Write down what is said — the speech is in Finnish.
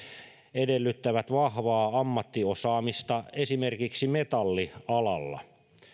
edellyttävät vahvaa ammattiosaamista esimerkiksi metallialalla